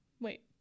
wait